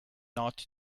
not